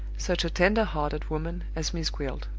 such a tender-hearted woman, as miss gwilt.